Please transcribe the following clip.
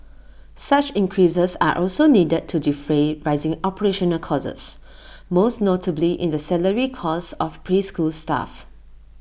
such increases are also needed to defray rising operational costs most notably in the salary costs of preschool staff